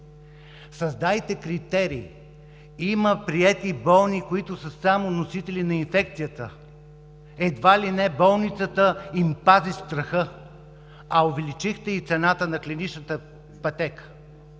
Създайте критерии! Има приети болни, които са само носители на инфекцията. Едва ли не болницата им пази страха. Увеличихте и цената на клиничната пътека,